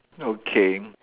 okay